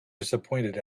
disappointed